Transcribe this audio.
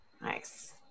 Nice